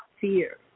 fear